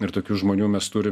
ir tokių žmonių mes turim